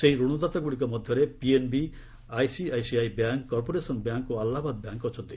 ସେହି ରଣଦାତାଗୁଡ଼ିକ ମଧ୍ୟରେ PNB ICICI bank corporation bank ଓ ଆହ୍ଲାବାଦ ବ୍ୟାଙ୍କ୍ ଅଛନ୍ତି